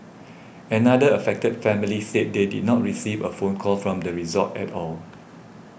another affected family said they did not receive a phone call from the resort at all